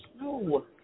No